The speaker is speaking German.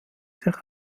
sich